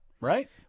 right